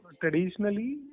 traditionally